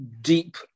deep